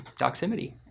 Doximity